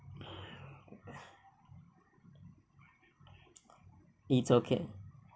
it's okay